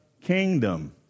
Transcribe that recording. kingdom